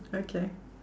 okay